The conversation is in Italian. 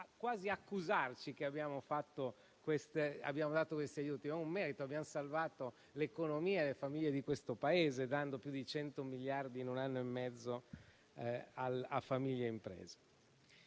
quasi accusarci del fatto che abbiamo dato questi aiuti. È un merito: abbiamo salvato l'economia e le famiglie di questo Paese, dando più di 100 miliardi, in un anno e mezzo, a famiglie e imprese.